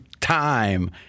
time